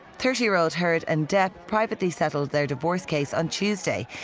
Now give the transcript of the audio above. thirty year old heard and depp privately settled their divorce case on tuesday,